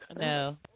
No